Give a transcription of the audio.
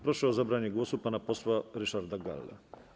Proszę o zabranie głosu pana posła Ryszarda Gallę.